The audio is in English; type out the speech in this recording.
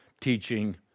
teaching